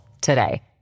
today